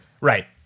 right